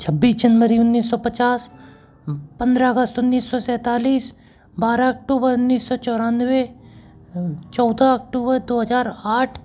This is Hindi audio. छब्बीस जनवरी उन्नीस सौ पचास पंद्रह अगस्त उन्नीस सौ सैतालिस बारह अक्टूबर उन्नीस सौ चौरानवे चौदह अक्टूबर दो हज़ार आठ